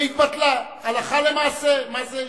הלכה למעשה, למעשה.